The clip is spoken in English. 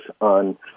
on